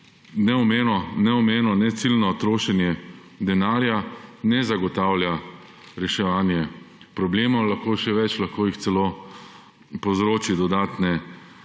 Neomejeno, neciljno trošenje denarja ne zagotavlja reševanja problemov, še več, lahko celo povzroči dodatne